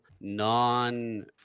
non